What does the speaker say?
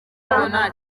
nta